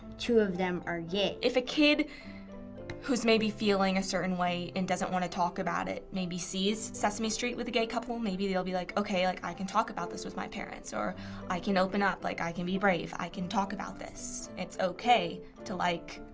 two of them are gay. if a kid who's maybe feeling a certain way and doesn't want to talk about it, maybe sees sesame street with a gay couple, maybe they'll be like, okay, like i can talk about this with my parents or i can open up, like i can be brave, i can talk about this. it's okay to like